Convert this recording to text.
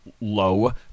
low